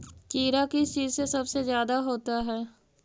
कीड़ा किस चीज से सबसे ज्यादा होता है?